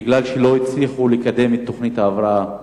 בגלל שלא הצליחו לקדם את תוכנית ההבראה.